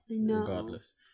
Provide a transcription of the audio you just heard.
regardless